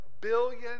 billion